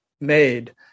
made